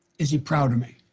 is he proud of me?